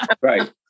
Right